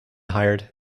hired